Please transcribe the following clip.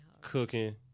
Cooking